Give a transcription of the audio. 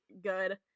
good